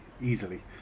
easily